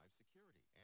security